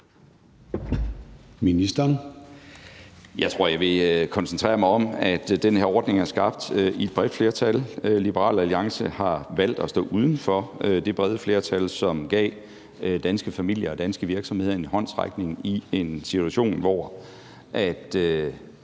Bødskov): Jeg tror, jeg vil koncentrere mig om, at den her ordning er skabt i et bredt flertal. Liberal Alliance har valgt at stå uden for det brede flertal, som gav danske familier og danske virksomheder en håndsrækning i en situation, hvor